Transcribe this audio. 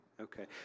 okay